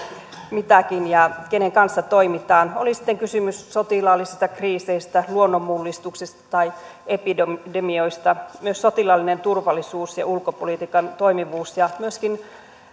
mitäkin ja kenen kanssa toimitaan oli sitten kysymys sotilaallisista kriiseistä luonnonmullistuksista tai epidemioista myös sotilaallinen turvallisuus ja ulkopolitiikan toimivuus ja myöskin